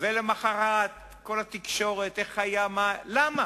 ולמחרת כל התקשורת, למה?